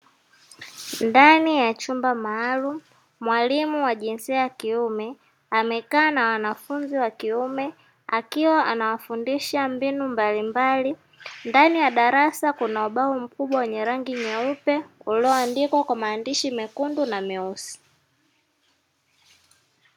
Ndani ya chumba maalumu mwalimu wa jinsia ya kiume amekaa na wanafunzi wa kiume akiwa anawafundisha mbinu mbalimbali, ndani ya darasa kuna ubao mkubwa wenye rangi nyeupe ulioandikwa kwa maandishi mekundu na meusi.